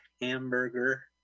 hamburger